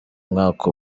mwaka